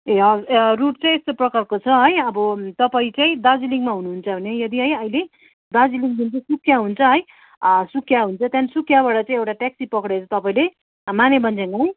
ए हवस् रुट चाहिँ यस्तो प्रकारको छ है अब तपाईँ चाहिँ दार्जिलिङमा हुनुहुन्छ भने यदि है अहिले दार्जिलिङ जुन चाहिँ सुकिया हुन्छ है सुकिया हुन्छ त्यहाँदेखि सुकियाबाट चाहिँ एउटा ट्याक्सी पक्रेर तपाईँले माने भन्ज्याङ है